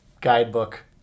guidebook